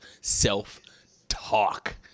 self-talk